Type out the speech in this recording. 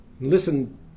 Listen